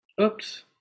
oops